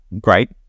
great